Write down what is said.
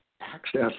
Access